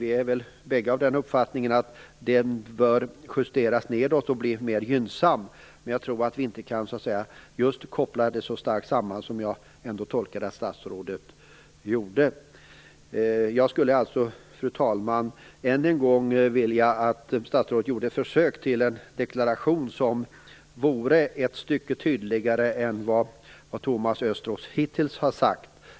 Vi är väl bägge av den uppfattningen att denna bör justeras nedåt och bli mer gynnsam, men jag tror inte att vi kan koppla samman det här så starkt som jag tolkar det att statsrådet gör. Jag skulle alltså, fru talman, vilja att statsrådet gjorde ett försök till deklaration som var ett stycke tydligare än det han hittills har sagt.